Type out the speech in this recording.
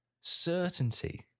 certainty